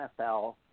NFL